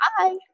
Bye